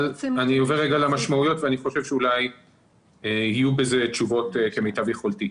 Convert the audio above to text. אני עובר למשמעויות ואני חושב שבזה אולי יהיה תשובות כמיטב יכולתי.